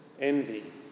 envy